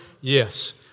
Yes